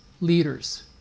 leaders